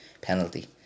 penalty